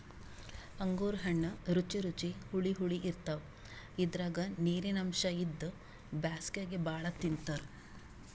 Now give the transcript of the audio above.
ಅಂಗೂರ್ ಹಣ್ಣ್ ರುಚಿ ರುಚಿ ಹುಳಿ ಹುಳಿ ಇರ್ತವ್ ಇದ್ರಾಗ್ ನೀರಿನ್ ಅಂಶ್ ಇದ್ದು ಬ್ಯಾಸ್ಗ್ಯಾಗ್ ಭಾಳ್ ತಿಂತಾರ್